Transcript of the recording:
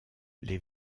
les